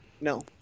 No